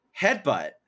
headbutt